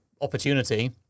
opportunity